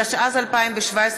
התשע"ז 2017,